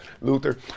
luther